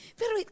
pero